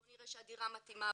בואו נראה שהדירה מתאימה,